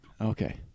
Okay